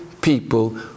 people